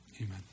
amen